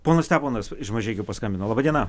ponas staponas iš mažeikių paskambino laba diena